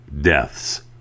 deaths